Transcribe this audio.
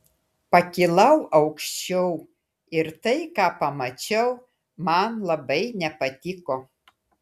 pakilau aukščiau ir tai ką pamačiau man labai nepatiko